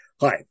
Hi